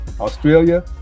Australia